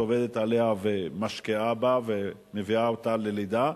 עובדת עליה ומשקיעה בה ומביאה אותה ללידה,